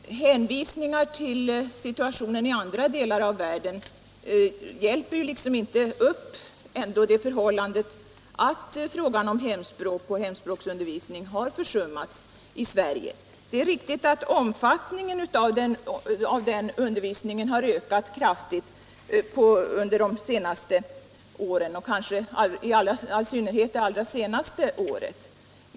Herr talman! Hänvisningar till situationen i andra delar av världen hjälper ändå inte upp det förhållandet att frågan om hemspråk och hemspråksundervisning har försummats i Sverige. Det är riktigt att omfattningen av denna undervisning har ökat kraftigt under de senaste åren — och kanske i all synnerhet det allra senaste året.